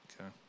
Okay